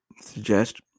suggest